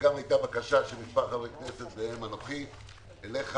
גם הייתה בקשה של מספר חברי כנסת, בהם אני, אליך